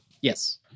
Yes